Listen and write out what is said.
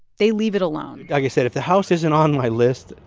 they leave it alone like i said, if the house isn't on my list,